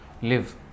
live